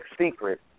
secret